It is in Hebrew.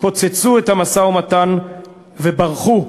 פוצצו את המשא-ומתן וברחו.